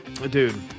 Dude